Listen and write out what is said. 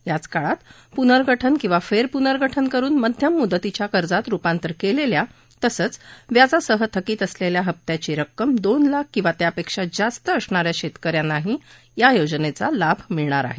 याच काळात प्नर्गठन किंवा फेरप्नर्गठन करून मध्यम म्दतीच्या कर्जात रूपांतर केलेल्या तसंच व्याजासह थकित असलेल्या हप्त्याची रक्कम दोन लाख किंवा त्यापेक्षा जास्त असणाऱ्या शेतकऱ्यांनाही या योजनेचा लाभ मिळणार आहे